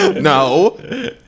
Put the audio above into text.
No